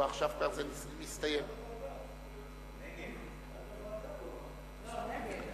ההצעה להעביר את הנושא לוועדה שתקבע ועדת הכנסת נתקבלה.